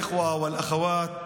אחים ואחיות,